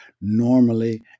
normally